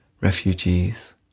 Refugees